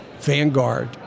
Vanguard